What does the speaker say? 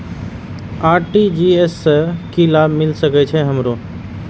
RTGS से की लाभ मिल सके छे हमरो?